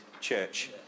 church